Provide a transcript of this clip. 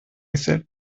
said